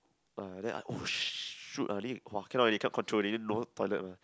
ah then I !oh shoot! ah cannot already cannot control already no toilet mah